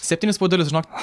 septynis puodelius žinok